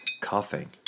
Coughing